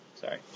sorry